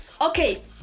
okay